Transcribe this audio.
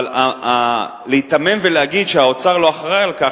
אבל להיתמם ולהגיד שהאוצר לא אחראי לכך,